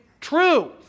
true